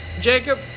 Jacob